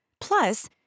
Plus